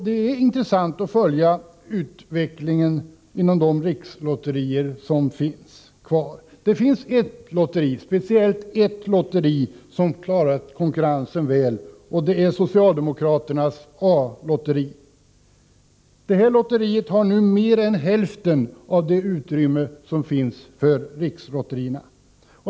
Det är intressant att följa utvecklingen inom de rikslotterier som finns kvar. Speciellt ett lotteri har klarat konkurrensen väl, och det är socialdemokraternas A-lotteri. Det lotteriet har nu mer än hälften av det utrymme som finns för rikslotterierna.